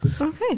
Okay